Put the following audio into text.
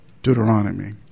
Deuteronomy